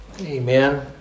Amen